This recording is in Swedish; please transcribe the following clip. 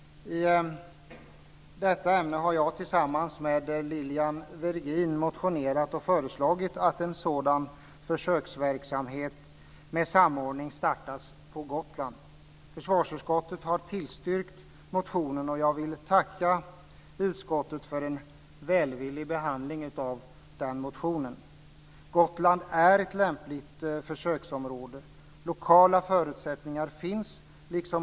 I detta ämne har jag tillsammans med Lilian Virgin motionerat och föreslagit att en sådan försöksverksamhet med samordning startas på Gotland. Försvarsutskottet har tillstyrkt motionen och jag vill tacka utskottet för en välvillig behandling av motionen. Gotland är ett lämpligt försöksområde. Lokala förutsättningar finns.